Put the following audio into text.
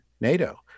NATO